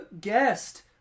guest